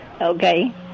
Okay